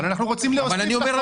אבל אנחנו רוצים להוסיף.